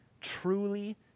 truly